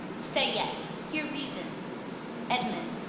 stay yet hear reason edmund,